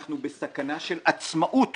אנחנו בסכנה של עצמאות